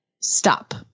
stop